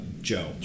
Joe